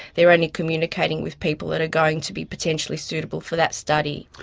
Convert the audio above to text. they're only communicating with people that are going to be potentially suitable for that study.